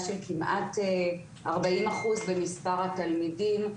של כמעט ארבעים אחוז במספר התלמידים.